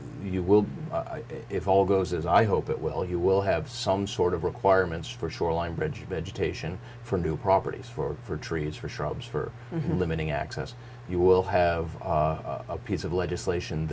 you will if all goes as i hope it will you will have some sort of requirements for shoreline bridges vegetation for new properties for trees for shrubs for limiting access you will have a piece of legislation